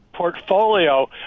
portfolio